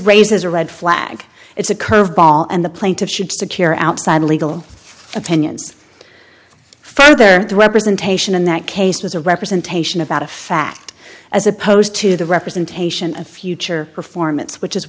raises a red flag it's a curveball and the plaintiff should secure outside legal opinions further the representation in that case was a representation about a fact as opposed to the representation of future performance which is